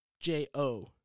j-o